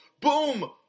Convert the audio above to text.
boom